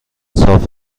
صاف